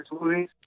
movies